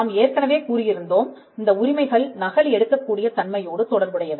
நாம் ஏற்கனவே கூறியிருந்தோம் இந்த உரிமைகள் நகல் எடுக்கக் கூடிய தன்மையோடு தொடர்புடையவை